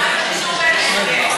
לא בין-משרדית.